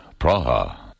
Praha